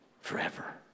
forever